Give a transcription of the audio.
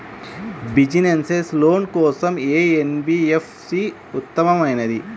Business loan కోసం ఏ NBFC ఉత్తమమైనది?